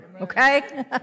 okay